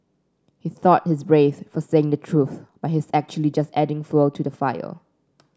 he thought he's brave for saying the truth but he's actually just adding fuel to the fire